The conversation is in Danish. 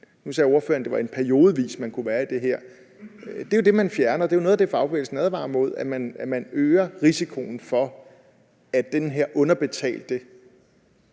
Nu sagde ordføreren, at det var i en periode, man kunne være i det her. Men det er jo det, man fjerner, og det er noget af det, fagbevægelsen advarer imod, nemlig at man øger risikoen for, at det her underbetalte